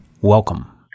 welcome